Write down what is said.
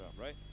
right